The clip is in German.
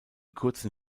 kurzen